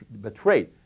betrayed